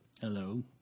Hello